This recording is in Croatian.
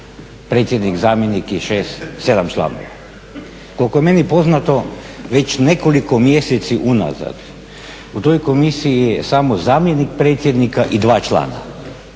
predsjednik, zamjenik i 7 članova. Koliko je meni poznato već nekoliko mjeseci unazad u toj komisiji je samo zamjenik predsjednika i 2 člana.